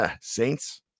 Saints